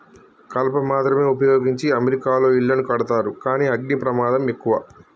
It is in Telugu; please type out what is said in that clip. కలప మాత్రమే వుపయోగించి అమెరికాలో ఇళ్లను కడతారు కానీ అగ్ని ప్రమాదం ఎక్కువ